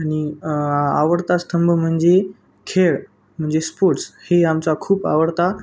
आणि आवडता स्तंभ म्हणजे खेळ म्हणजे स्पोर्ट्स हे आमचा खूप आवडता